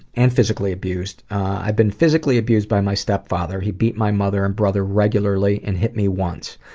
and physically abused. i've been physically abused by my stepmother. he beat my mother and brother regularly and hit me once.